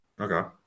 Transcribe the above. Okay